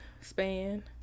span